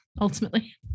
Ultimately